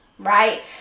Right